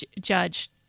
judge